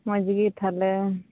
ᱢᱚᱡᱽ ᱜᱮ ᱛᱟᱦᱞᱮ